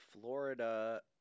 Florida